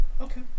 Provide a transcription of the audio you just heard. okay